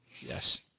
Yes